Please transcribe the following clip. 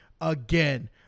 again